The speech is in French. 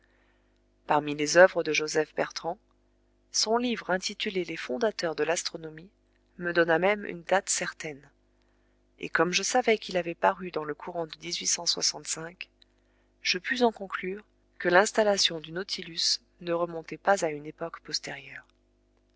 parmi les oeuvres de joseph bertrand son livre intitulé les fondateurs de l'astronomie me donna même une date certaine et comme je savais qu'il avait paru dans le courant de je pus en conclure que l'installation du nautilus ne remontait pas à une époque postérieure